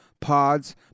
pods